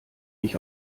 mich